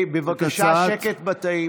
בבקשה, שקט בתאים.